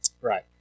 right